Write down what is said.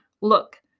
look